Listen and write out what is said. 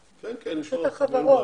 אתיופיה,